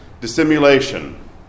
dissimulation